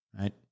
right